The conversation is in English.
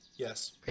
Yes